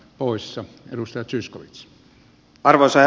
arvoisa herra puhemies